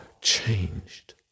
changed